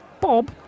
Bob